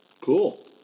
Cool